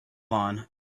lawn